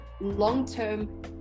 long-term